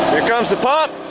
comes the pop.